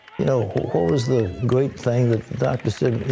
you know what was the great thing that doctors said,